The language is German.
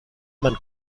man